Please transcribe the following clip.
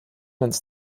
ins